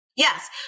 Yes